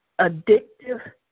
addictive